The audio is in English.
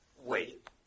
Wait